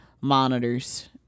monitors